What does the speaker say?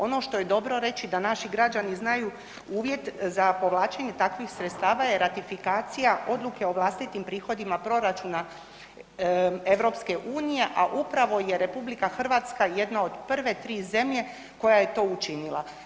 Ono što je dobro reći da naši građani znaju uvjet za povlačenje takvih sredstava je ratifikacija odluke o vlastitim prihodima proračuna EU, a upravo je RH jedna od prve tri zemlje koja je to učinila.